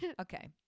Okay